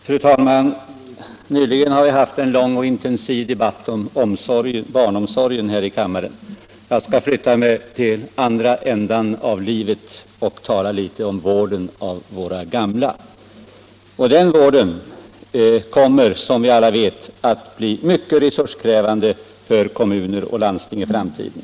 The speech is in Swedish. Fru talman! Nyligen har vi här i kammaren haft en lång och intensiv debatt om barnomsorgen. Jag skall flytta mig till andra ändan av livet och tala litet om vården av våra gamla. Den vården kommer som vi alla vet att bli mycket resurskrävande för kommuner och landsting i framtiden.